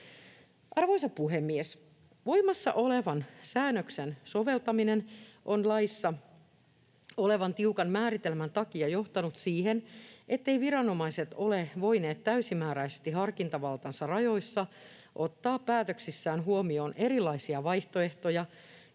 Arvoisa puhemies! Voimassa olevan säännöksen soveltaminen on laissa olevan tiukan määritelmän takia johtanut siihen, etteivät viranomaiset ole voineet täysimääräisesti harkintavaltansa rajoissa ottaa päätöksissään huomioon erilaisia vaihtoehtoja